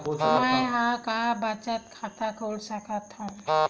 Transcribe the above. मेंहा कहां बचत खाता खोल सकथव?